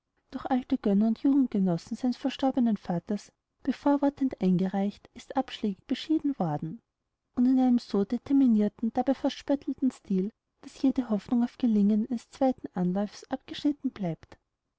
durch alte gönner und jugendgenossen seines verstorbenen vaters bevorwortend eingereicht ist abschlägig beschieden worden und in einem so determinirten dabei fast spöttelnden style daß jede hoffnung für gelingen eines zweiten anlaufes abgeschnitten bleibt